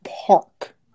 park